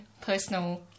personal